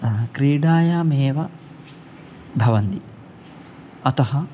क्रीडायामेव भवन्ति अतः